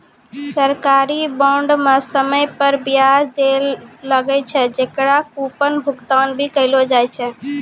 सरकारी बांड म समय पर बियाज दैल लागै छै, जेकरा कूपन भुगतान भी कहलो जाय छै